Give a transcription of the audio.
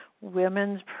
Women's